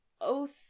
oath